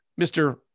mr